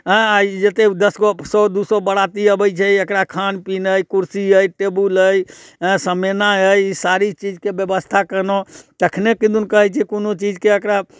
जतेक दश गो सए दू सए बरिआती अबैत छै एकरा खान पीनाइ कुर्सी अइ टेबुल अइ समिआना अइ ई सारी चीजके व्यवस्था कयलहुँ तखने किदुन कहैत छै कोनो चीजके एकरा